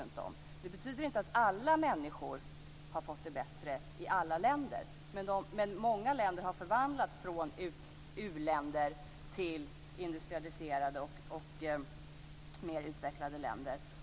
Det betyder inte att alla människor har fått det bättre i alla länder, men många länder har förvandlats från u-länder till industrialiserade och mer utvecklade länder.